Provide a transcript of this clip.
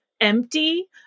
empty